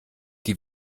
die